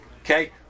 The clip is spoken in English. Okay